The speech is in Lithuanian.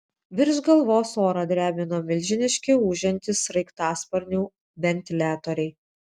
virš galvos orą drebino milžiniški ūžiantys sraigtasparnių ventiliatoriai